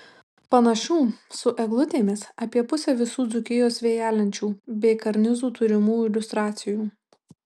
panašių su eglutėmis apie pusė visų dzūkijos vėjalenčių bei karnizų turimų iliustracijų